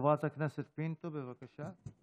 חברת הכנסת פינטו, בבקשה.